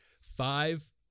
Five